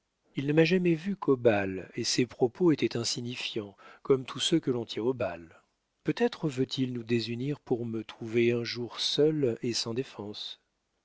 il ne m'a jamais vue qu'au bal et ses propos étaient insignifiants comme tous ceux que l'on tient au bal peut-être veut-il nous désunir pour me trouver un jour seule et sans défense